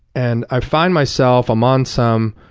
and i find myself, i'm on some